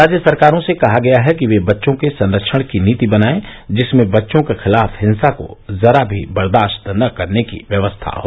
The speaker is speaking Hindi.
राज्य सरकारों से कहा गया है कि ये बच्चों के सरक्षण की नीति बनाये जिसमें बच्चों के खिलाफ हिंसा को जरा भी बर्दाश्त न करने की व्यवस्था हो